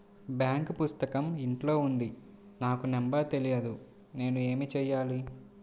Bank పుస్తకం ఇంట్లో ఉంది నాకు నంబర్ తెలియదు నేను ఏమి చెయ్యాలి?